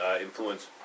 influence